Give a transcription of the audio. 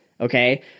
Okay